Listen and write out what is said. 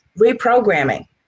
reprogramming